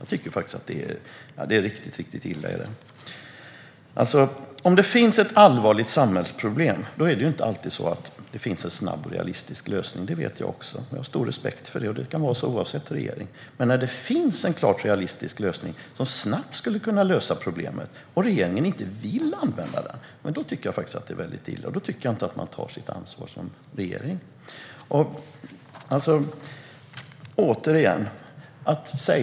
Jag tycker att det är riktigt illa. Om det finns ett allvarligt samhällsproblem finns det inte alltid en snabb och realistisk lösning. Det vet jag, och det har jag stor respekt för. Det kan vara så oavsett regering. Men när det finns en klart realistisk lösning som snabbt skulle kunna lösa problemet och regeringen inte vill använda den är det illa. Då tar man inte sitt ansvar som regering.